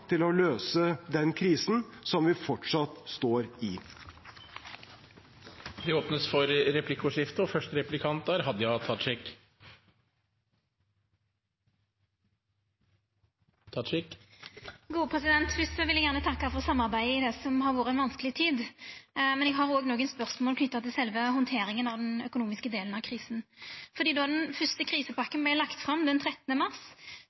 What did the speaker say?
til å løse den krisen som vi fortsatt står i. Det blir replikkordskifte. Fyrst vil eg gjerne takka for samarbeidet i det som har vore ei vanskeleg tid. Men eg har òg nokon spørsmål knytt til sjølve handteringa av den økonomiske delen av krisen. Då den fyrste krisepakken vart lagt fram den 13. mars,